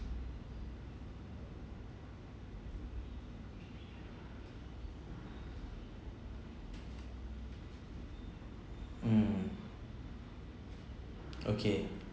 mm okay